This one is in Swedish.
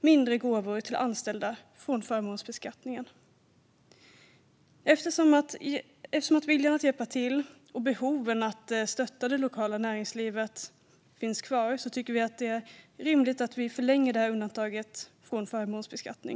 mindre gåvor till anställda från förmånsbeskattning. Eftersom viljan att hjälpa till och behoven av att stötta det lokala näringslivet finns kvar tycker vi att det är rimligt att vi nu förlänger detta undantag från förmånsbeskattning.